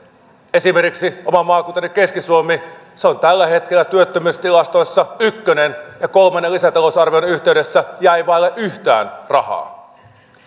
esimerkiksi oma maakuntani keski suomi on tällä hetkellä työttömyystilastoissa ykkönen ja kolmannen lisätalousarvion yhteydessä jäi vaille yhtään rahaa